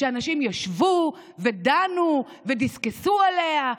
אנשים ישבו ודנו ודסקסו עליה,